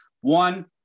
one